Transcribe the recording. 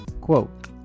quote